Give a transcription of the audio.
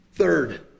Third